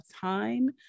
time